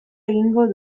egingo